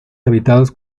habitadas